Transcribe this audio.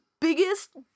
biggest